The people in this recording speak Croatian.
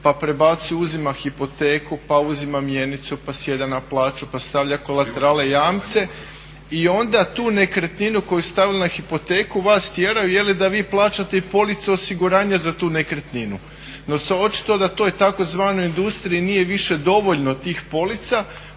pa prebacuje, uzima hipoteku pa uzima mjenicu, pa sjeda na plaću, pa stavlja kolaterale, jamce i onda tu nekretninu koju ste stavili na hipoteku vas tjeraju da vi plaćate i policu osiguranja za tu nekretninu. No očito da toj tzv. industriji nije više dovoljno tih polica